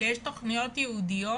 שיש תכניות ייעודיות